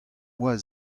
boa